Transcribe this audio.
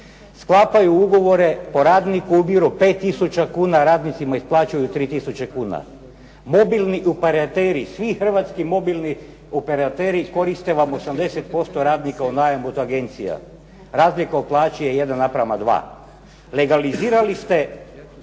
Sklapaju ugovore, po radniku ubiru 5 tisuća radnika, radnicima isplaćuju 3 tisuće kuna. Mobilni operateri, svi hrvatski mobilni operateri koriste vam 80% radnika u najam od agencija. Razlika u plaći je 1 naprama 2. Legalizirali ste